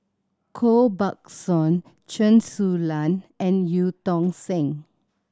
Koh Buck Song Chen Su Lan and Eu Tong Sen